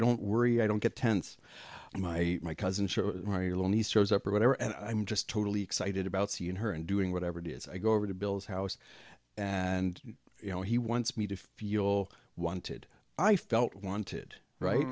don't worry i don't get tense and my cousin sure very little niece rose up or whatever and i'm just totally excited about seeing her and doing whatever it is i go over to bill's house and you know he wants me to feel wanted i felt wanted right